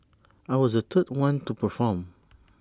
I was the third one to perform